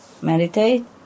meditate